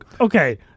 okay